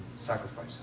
sacrifice